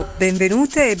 benvenute